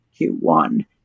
Q1